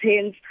hands